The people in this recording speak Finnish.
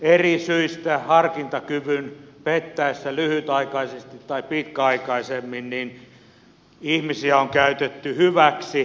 eri syistä harkintakyvyn pettäessä lyhytaikaisesti tai pitkäaikaisemmin ihmisiä on käytetty hyväksi